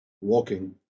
walking